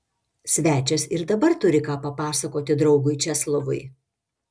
svečias ir dabar turi ką papasakoti draugui česlovui